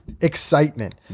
excitement